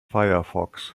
firefox